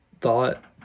thought